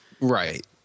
Right